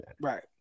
Right